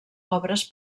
obres